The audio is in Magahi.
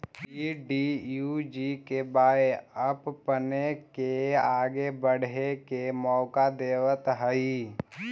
डी.डी.यू.जी.के.वाए आपपने के आगे बढ़े के मौका देतवऽ हइ